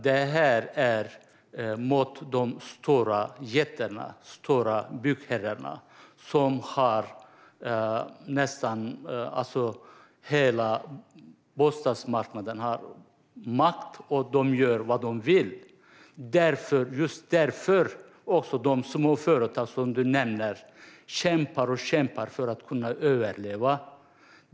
Detta riktar sig mot de stora jättarna, stora byggherrarna som har makt över hela bostadsmarknaden och gör som de vill. Just därför kämpar och kämpar de små företagen för att kunna överleva.